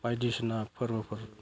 बायदिसिना फोरबोफोर